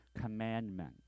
commandment